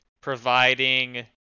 providing